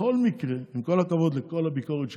בכל מקרה, עם כל הכבוד לכל הביקורת שהייתה,